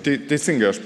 tai teisingai aš